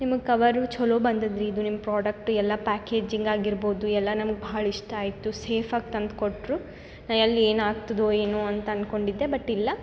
ನಿಮ್ಗೆ ಕವರು ಚಲೋ ಬಂದು ರೀ ಇದು ನಿಮ್ಮ ಪ್ರಾಡಕ್ಟ್ ಎಲ್ಲ ಪ್ಯಾಕೇಜಿಂಗ್ ಆಗಿರ್ಬೋದು ಎಲ್ಲ ನಮ್ಗೆ ಭಾಳ ಇಷ್ಟ ಆಯಿತು ಸೇಫಾಗಿ ತಂದು ಕೊಟ್ಟರು ನಾ ಎಲ್ಲಿ ಏನು ಆಗ್ತದೋ ಏನೋ ಅಂತ ಅನ್ಕೋಡಿದ್ದೆ ಬಟ್ ಇಲ್ಲ